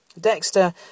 Dexter